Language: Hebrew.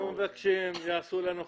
אנחנו מבקשים שיעשו לנו חוק,